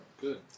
Good